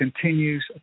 continues